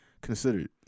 considered